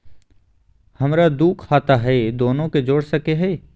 हमरा दू खाता हय, दोनो के जोड़ सकते है?